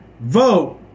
vote